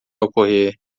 ocorrer